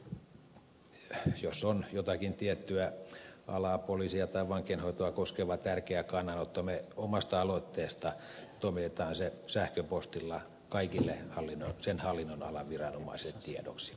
eli jos on jotakin tiettyä alaa esimerkiksi poliisia tai vankeinhoitoa koskeva tärkeä kannanotto me omasta aloitteestamme toimitamme sen sähköpostilla kaikille sen hallinnonalan viranomaisille tiedoksi